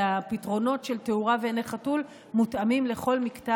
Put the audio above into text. והפתרונות של תאורה ועיני חתול מותאמים לכל מקטע